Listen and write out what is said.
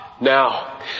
Now